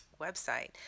website